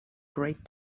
great